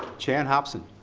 chan hopson.